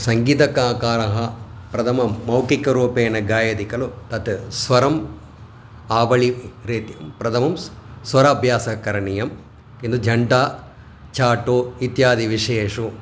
सङ्गीतकारः क प्रथमं मौखिकरूपेण गायति खलु तत् स्वरं आवलिः रीतिः प्रथमं स् स्वराभ्यासः करणीयम् किन्तु झन्टा छाटो इत्यादि विषयेषु